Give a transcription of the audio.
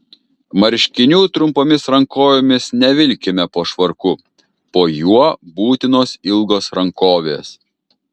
marškinių trumpomis rankovėmis nevilkime po švarku po juo būtinos ilgos rankovės